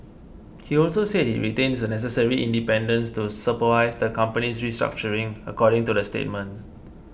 he also said he retains the necessary independence to supervise the company's restructuring according to the statement